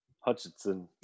Hutchinson